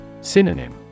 Synonym